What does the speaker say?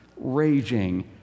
raging